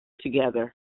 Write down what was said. together